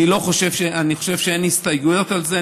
אני חושב שאין הסתייגויות על זה.